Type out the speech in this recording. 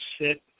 sit